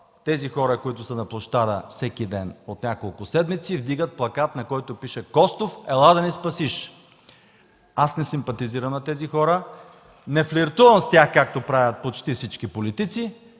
Тези хора, които са на площада всеки ден от няколко седмици, вдигат плакат, на който пише: „Костов, ела да ни спасиш!” Аз не симпатизирам на тези хора, не флиртувам с тях, както правят почти всички политици,